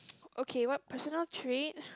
okay what personal trait